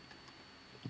MPTY-